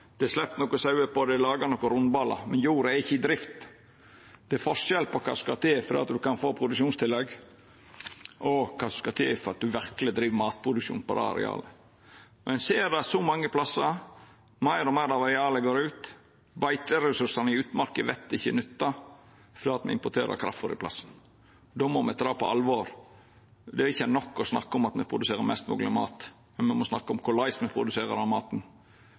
Det er sleppt på nokre sauer, og det er laga nokre rundballar, men jorda er ikkje i drift. Det er forskjell på kva som skal til for at ein kan få produksjonstillegg, og kva som skal til for at ein verkeleg driv matproduksjon på det arealet. Ein ser det så mange plassar, meir og meir av areala går ut, beiteressursane i utmarka vert ikkje nytta fordi me importerer kraftfôr i staden.. Då må me ta det på alvor. Det er ikkje nok å snakka om at me produserer mest mogleg mat, me må snakka om korleis me produserer den maten.